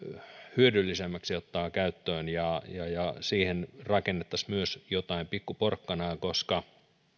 hyödyllisemmäksi ottaa käyttöön ja siihen rakennettaisiin myös jotain pikku porkkanaa koska